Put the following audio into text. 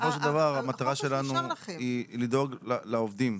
בסופו של דבר המטרה שלנו היא לדאוג לעובדים.